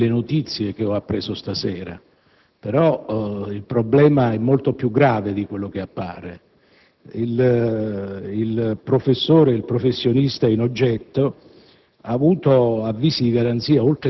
sono in parte soddisfatto per le notizie apprese stasera, ma il problema è molto più grave di quello che appare.